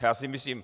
Já si myslím.